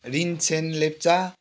Rinchen Lepcha